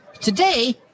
Today